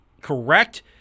correct